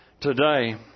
today